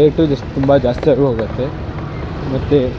ರೇಟೂ this ತುಂಬ ಜಾಸ್ತಿ ಆಗಿ ಹೋಗುತ್ತೆ ಮತ್ತು